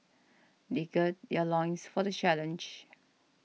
they gird their loins for the challenge